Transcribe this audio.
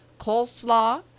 coleslaw